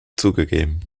zugegeben